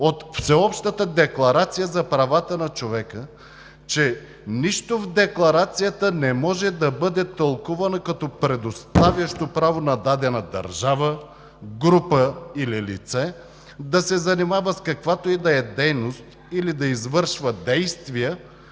от Всеобщата декларация за правата на човека, че нищо в Декларацията не може да бъде тълкувано като предоставящо право на дадена държава, група или лице да се занимава с каквато и да е дейност или да извършва действия,